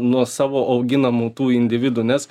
nuo savo auginamų tų individų nes